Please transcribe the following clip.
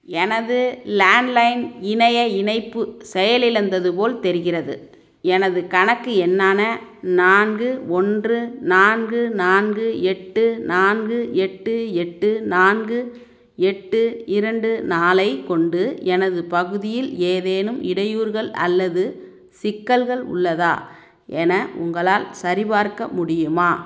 எனது லேண்ட்லைன் இணைய இணைப்பு செயலிழந்தது போல் தெரிகிறது எனது கணக்கு எண்ணான நான்கு ஒன்று நான்கு நான்கு எட்டு நான்கு எட்டு எட்டு நான்கு எட்டு இரண்டு நாலு ஐக் கொண்டு எனது பகுதியில் ஏதேனும் இடையூறுகள் அல்லது சிக்கல்கள் உள்ளதா என உங்களால் சரிபார்க்க முடியுமா